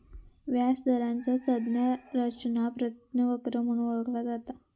व्याज दराचा संज्ञा रचना उत्पन्न वक्र म्हणून ओळखला जाता